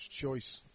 choice